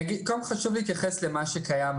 קודם כול, חשוב להתייחס אל מה שקיים היום.